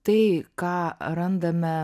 tai ką randame